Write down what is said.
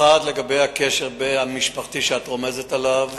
ראשית, לגבי הקשר המשפחתי שאת רומזת עליו.